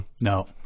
No